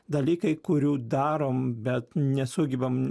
dalykai kurių darom bet nesugebam